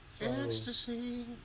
Ecstasy